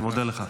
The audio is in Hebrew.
אני מודה לך.